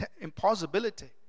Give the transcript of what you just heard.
impossibility